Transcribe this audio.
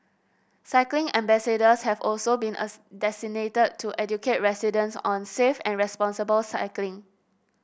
cycling ambassadors have also been as designated to educate residents on safe and responsible cycling